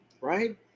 right